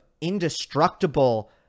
indestructible